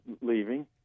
leaving